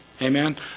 Amen